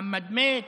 מוחמד מת,